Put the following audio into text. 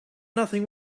nothing